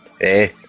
Hey